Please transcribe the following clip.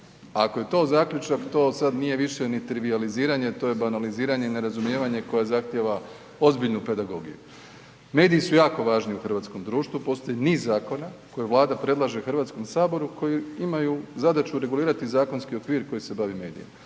Ako je to zaključak, to sad nije više ni trivijaliziranje, to je banaliziranje i nerazumijevanje koje zahtjeva ozbiljnu pedagogiju. Mediji su jako važni u hrvatskom društvu, postoji niz zakona koje Vlada predlaže HS-u koji imaju zadaću regulirati zakonski okvir koji se bavi medijima.